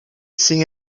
sin